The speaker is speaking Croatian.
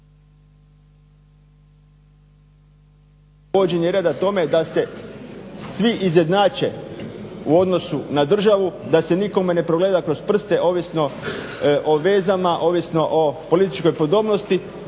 se./… reda tome da se svi izjednače u odnosu na državu, da se nikome ne progleda kroz prste ovisno o vezama, ovisno o političkoj podobnosti